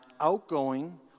outgoing